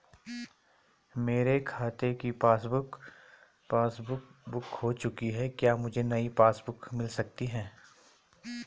मेरे खाते की पासबुक बुक खो चुकी है क्या मुझे नयी पासबुक बुक मिल सकती है?